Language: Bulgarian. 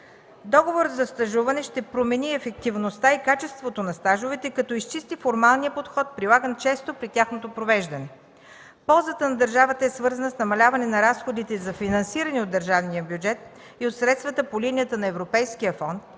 Договорът за стажуване ще промени ефективността и качеството на стажовете, като изчисти формалния подход, прилаган често при тяхното провеждане. Ползата на държавата е свързана с намаляване на разходите за финансиране от държавния бюджет и от средствата по линия на Европейския фонд,